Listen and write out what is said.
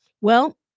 Well-